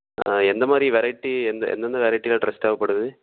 எந்த மாதிரி வெரைட்டி எந்தெந்த வெரைட்டியில ட்ரெஸ் தேவைப்படுது